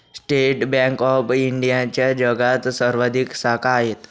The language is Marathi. स्टेट बँक ऑफ इंडियाच्या जगात सर्वाधिक शाखा आहेत